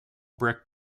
brick